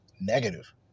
Negative